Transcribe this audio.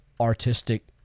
artistic